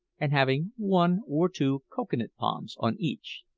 and having one or two cocoa-nut palms on each.